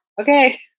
Okay